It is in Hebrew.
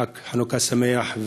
חג חנוכה שמח,